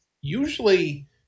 usually